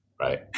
right